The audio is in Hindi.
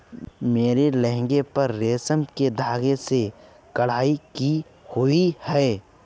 मेरे लहंगे पर रेशम के धागे से कढ़ाई की हुई है